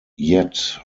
yet